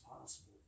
possible